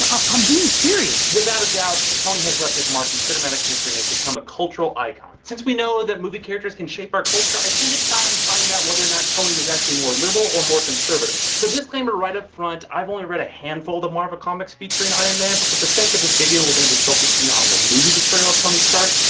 um being serious! without a doubt, tony has left his mark in cinematic history and has become a cultural icon. since we know that movie characters can shape our culture, i think it's time we find out whether or not tony is actually more liberal or more conservative? so this disclaimer right up front, i've only read a handful the marvel comics featuring iron man but for the sake of this video we're gonna be focusing on um the movie portrayal of tony stark,